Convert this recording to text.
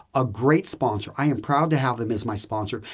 a great sponsor. i am proud to have them as my sponsor.